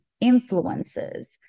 influences